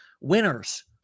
winners